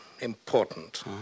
important